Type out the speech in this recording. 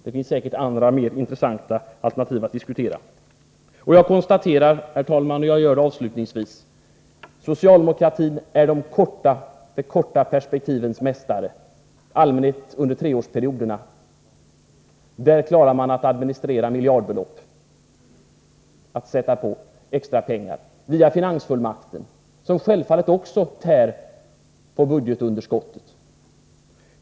Det finns säkert andra, mer intressanta frågor att diskutera. Jag konstaterar avslutningsvis, herr talman, att socialdemokratin är de korta perspektivens mästare. Under treårsperioderna klarar man i allmänhet att administrera miljardbelopp, att sätta in extra pengar, via finansfullmakten — som självfallet också tär på budgetunderskottet.